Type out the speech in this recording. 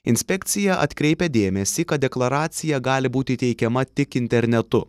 inspekcija atkreipia dėmesį kad deklaracija gali būti teikiama tik internetu